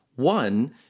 One